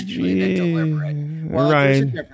right